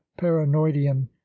paranoidian